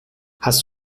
hast